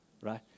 right